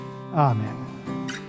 amen